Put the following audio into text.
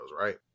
right